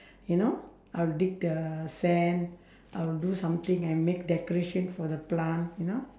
you know I'll dig the sand I'll do something and make decoration for the plant you know